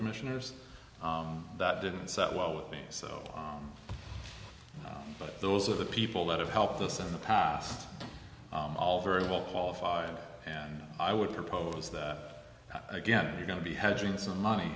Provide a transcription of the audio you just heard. commissioners that didn't set well with me so but those are the people that have helped us in the past all very well qualified and i would propose that again you're going to be